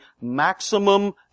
maximum